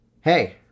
Hey